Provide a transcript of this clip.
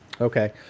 Okay